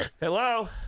hello